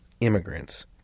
immigrants